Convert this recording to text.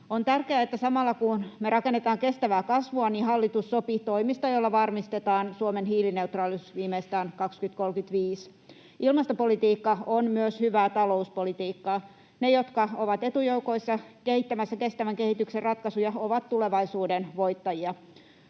On tärkeää, että samalla kun me rakennetaan kestävää kasvua, hallitus sopii toimista, joilla varmistetaan Suomen hiilineutraalisuus viimeistään 2035. Ilmastopolitiikka on myös hyvää talouspolitiikkaa. Ne, jotka ovat etujoukoissa kehittämässä kestävän kehityksen ratkaisuja, ovat tulevaisuuden voittajia.